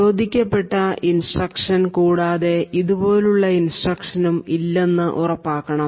നിരോധിക്കപ്പെട്ട ഇൻസ്ട്രക്ഷൻ കൂടാതെ ഇതുപോലെ ഉള്ള ഇൻസ്ട്രക്ഷനും ഇല്ലെന്ന് ഉറപ്പാക്കണം